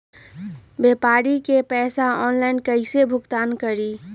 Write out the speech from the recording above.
व्यापारी के पैसा ऑनलाइन कईसे भुगतान करी?